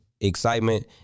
excitement